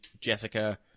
Jessica